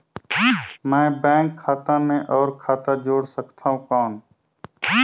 मैं बैंक खाता मे और खाता जोड़ सकथव कौन?